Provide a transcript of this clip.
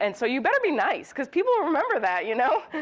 and so you better be nice, cause people will remember that, you know?